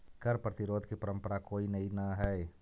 कर प्रतिरोध की परंपरा कोई नई न हई